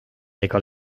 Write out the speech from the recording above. seega